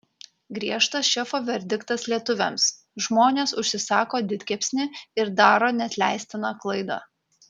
griežtas šefo verdiktas lietuviams žmonės užsisako didkepsnį ir daro neatleistiną klaidą